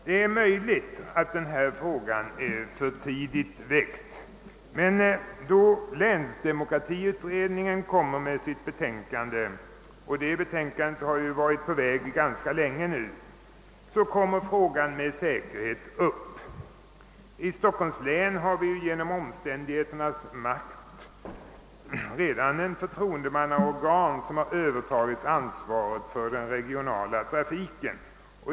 Det är möjligt att denna fråga är för tidigt väckt, men när länsdemokratiutredningen framlägger sitt betänkande — som vi nu har väntat ganska länge på — kommer den med all säkerhet upp. "Genom omständigheternas makt har vi i Stockholms län redan ett förtroendemannaorgan som övertagit ansvaret för den regionala trafiken.